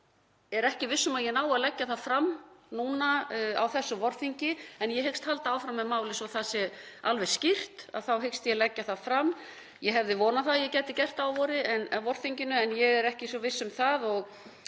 Ég er ekki viss um að ég nái að leggja það fram á þessu vorþingi en ég hyggst halda áfram með málið, svo það sé alveg skýrt þá hyggst ég leggja það fram. Ég hafði vonað að ég gæti gert það á vorþinginu en ég er ekki svo viss um það og